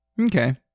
Okay